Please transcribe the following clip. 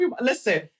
Listen